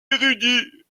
érudits